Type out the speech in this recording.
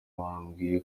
wambwiye